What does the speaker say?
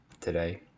today